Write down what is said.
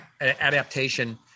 adaptation